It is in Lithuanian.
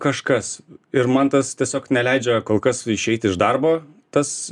kažkas ir man tas tiesiog neleidžia kol kas išeiti iš darbo tas